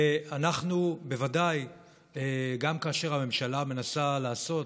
ואנחנו בוודאי גם כאשר הממשלה מנסה לעשות,